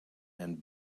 and